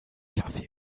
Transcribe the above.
kaffee